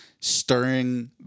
stirring